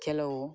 ಕೆಲವು